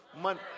money